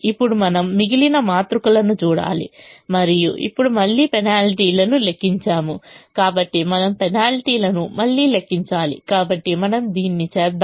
ఇప్పుడు మనము మిగిలిన మాతృకలను చూడాలి మరియు ఇప్పుడు మళ్ళీ పెనాల్టీలను లెక్కించాము కాబట్టి మనం పెనాల్టీలను మళ్ళీ లెక్కించాలి కాబట్టి మనము దీన్ని చేద్దాం